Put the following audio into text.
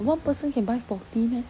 one person can buy forty meh